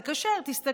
זה כשר, תסתכל.